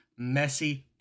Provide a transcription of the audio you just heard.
Messi